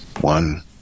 One